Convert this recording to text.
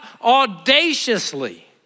audaciously